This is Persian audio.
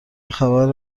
خبر